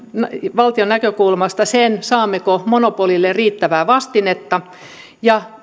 valtion näkökulmasta sen saammeko monopolille riittävää vastinetta ja